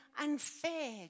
unfair